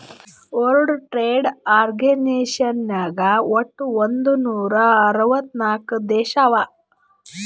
world trade organization ನಾಗ್ ವಟ್ ಒಂದ್ ನೂರಾ ಅರ್ವತ್ ನಾಕ್ ದೇಶ ಅವಾ